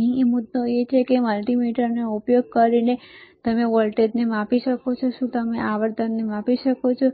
અહીં મુદ્દો એ છે કે મલ્ટિમીટરનો ઉપયોગ કરીને તમે વોલ્ટેજને માપી શકો છો શું તમે આવર્તનને માપી શકો છો